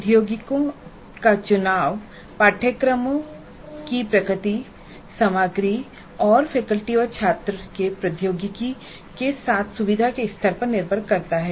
प्रौद्योगिकियों का चुनाव पाठ्यक्रमों की प्रकृति सामग्री तथा फैकल्टी और छात्र के प्रौद्योगिकी के साथ सुविधा के स्तर पर निर्भर करता है